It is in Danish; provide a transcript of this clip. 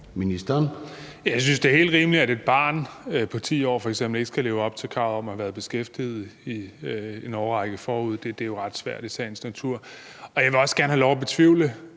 jeg synes, at det er helt rimeligt, at et barn på f.eks. 10 år ikke skal leve op til kravet om at have være beskæftiget i en årrække forud. Det er jo ret svært i sagens natur. Og jeg vil også gerne have lov at betvivle,